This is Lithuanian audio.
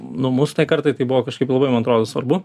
nu mūsų tai kartai tai buvo kažkaip labai man atrodo svarbu